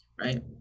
right